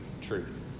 truth